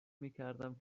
میکردم